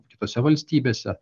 kitose valstybėse